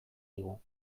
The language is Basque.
digu